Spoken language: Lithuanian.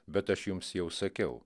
bet aš jums jau sakiau